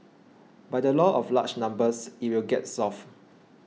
by the law of large numbers it will get solved